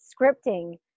scripting